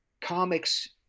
comics